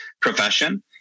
profession